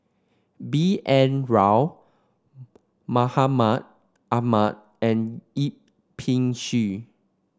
B N Rao Mahmud Ahmad and Yip Pin Xiu